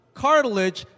cartilage